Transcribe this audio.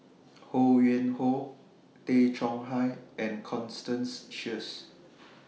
Ho Yuen Hoe Tay Chong Hai and Constance Sheares